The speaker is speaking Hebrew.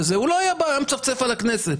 הוא לא היה בא, היה מצפצף על הכנסת.